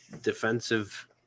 defensive